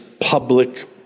public